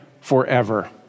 forever